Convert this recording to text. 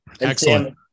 excellent